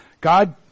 God